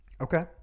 Okay